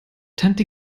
tante